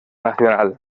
nacional